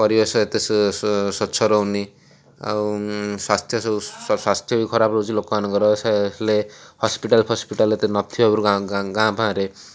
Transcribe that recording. ପରିବେଶ ଏତେ ସ୍ୱଚ୍ଛ ରହୁନି ଆଉ ସ୍ୱାସ୍ଥ୍ୟ ସବୁ ସ୍ୱାସ୍ଥ୍ୟ ବି ଖରାପ ରହୁଛି ଲୋକମାନଙ୍କର ହେଲେ ହସ୍ପିଟାଲ୍ ଫସ୍ପିଟାଲ୍ ଏତେ ନଥିବାରୁ ଗାଁ ଗାଁରେ